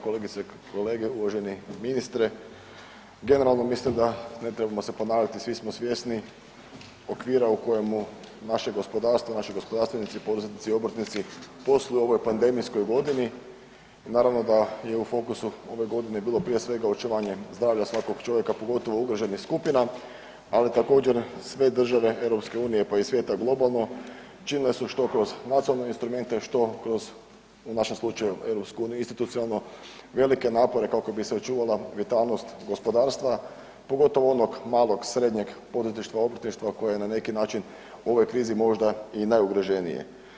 Kolegice i kolege, uvaženi ministre generalno mislim da ne trebamo se ponavljati, svi smo svjesni okvira u kojemu naše gospodarstvo, naši gospodarstvenici, poduzetnici i obrtnici posluju u ovoj pandemijskoj godini, naravno da je u fokusu ove godine bilo prije svega očuvanje zdravlja svakog čovjeka, pogotovo ugroženih skupina, ali također sve države EU pa i svijeta globalno činile su što kroz nacionalne instrumente što kroz u našem slučaju EU institucionalno velike napore kako bi se očuvala vitalnost gospodarstva, pogotovo onog malog, srednjeg poduzetništva, obrtništva koje je na neki način u ovoj krizi možda i najugroženije.